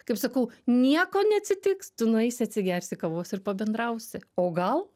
kaip sakau nieko neatsitiks tu nueisi atsigersi kavos ir pabendrausi o gal